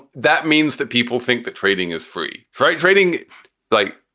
that means that people think the trading is free. free trading like